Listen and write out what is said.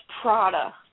Prada